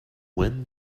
when